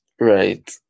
Right